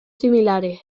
similares